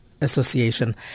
Association